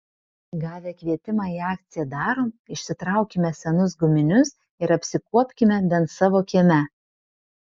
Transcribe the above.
gavę kvietimą į akciją darom išsitraukime senus guminius ir apsikuopkime bent savo kieme